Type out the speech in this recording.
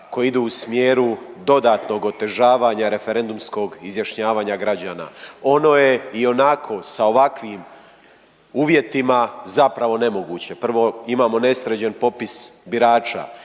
koji idu u smjeru dodatnog otežavanja referendumskog izjašnjavanja građana. Ono je ionako sa ovakvim uvjetima zapravo nemoguće, prvo imamo nesređen popis birača,